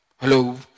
hello